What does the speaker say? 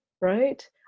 right